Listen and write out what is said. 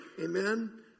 Amen